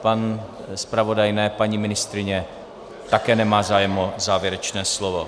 Pan zpravodaj ne, paní ministryně také nemá zájem o závěrečné slovo.